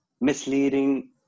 misleading